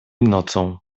nocą